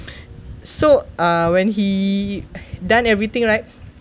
so uh when he done everything right